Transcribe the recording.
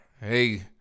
Hey